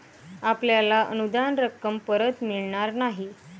आपल्याला अनुदान रक्कम परत मिळणार नाही